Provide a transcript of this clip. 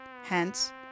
Hence